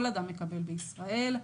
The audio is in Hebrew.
כל אדם מקבל בישראל.